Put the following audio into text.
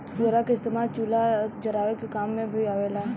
पुअरा के इस्तेमाल चूल्हा जरावे के काम मे भी आवेला